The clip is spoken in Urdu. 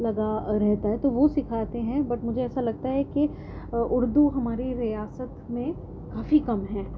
لگا رہتا ہے تو وہ سکھاتے ہیں بٹ مجھے ایسا لگتا ہی کہ اردو ہماری ریاست میں کافی کم ہیں